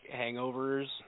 hangovers